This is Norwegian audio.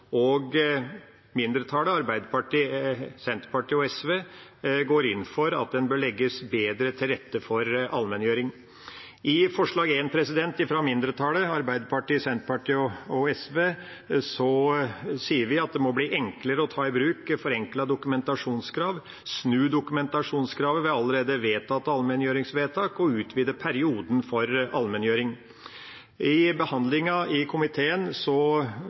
forhold. Mindretallet – Arbeiderpartiet, Senterpartiet og SV – går inn for at det bør legges bedre til rette for allmenngjøring. I mindretallsforslag nr. 1, fra Arbeiderpartiet, Senterpartiet og SV, sier vi at det må bli enklere å ta i bruk forenklede dokumentasjonskrav, snu dokumentasjonskravet ved allerede vedtatte allmenngjøringsvedtak og utvide perioden for allmenngjøring. I behandlingen i komiteen